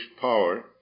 power